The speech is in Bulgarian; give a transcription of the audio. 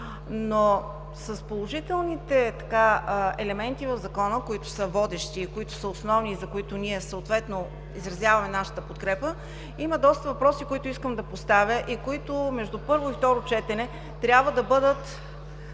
С положителните елементи в Закона, които са водещи и които са основни, за които ние съответно изразяваме нашата подкрепа, има доста въпроси, които искам да поставя и които между първо и второ четене трябва да бъдат